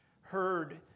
heard